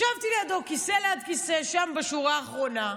ישבתי לידו כיסא ליד כיסא, שם, בשורה האחרונה,